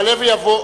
יעלה ויבוא